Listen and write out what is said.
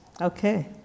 Okay